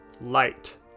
light